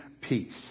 peace